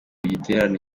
igiterane